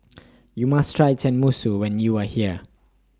YOU must Try Tenmusu when YOU Are here